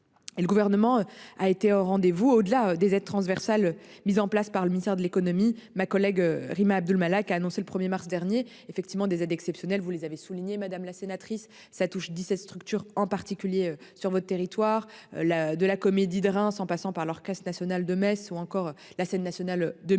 Et le gouvernement a été au rendez-vous au-delà des aides transversales mises en place par le ministère de l'économie. Ma collègue Rima Abdul-Malak a annoncé le 1er mars dernier effectivement des aides exceptionnelles. Vous les avez souligné madame la sénatrice, ça touche 17 structures en particulier sur votre territoire la de la Comédie de Reims, en passant par leur caisse nationale de Metz ou encore la Scène nationale de Mulhouse